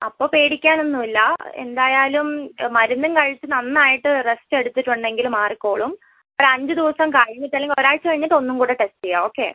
അപ്പോൾ പേടിക്കാനൊന്നുമില്ല എന്തായാലും മരുന്നും കഴിച്ച് നന്നായിട്ട് റെസ്റ്റ് എടുത്തിട്ടുണ്ടെങ്കിൽ മാറിക്കോളും ഒരു അഞ്ച് ദിവസം കഴിഞ്ഞിട്ട് അല്ലെങ്കിൽ ഒരാഴ്ച കഴിഞ്ഞിട്ട് ഒന്നും കൂടെ ടെസ്റ്റ് ചെയ്യുക ഓക്കേ